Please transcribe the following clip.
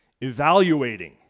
evaluating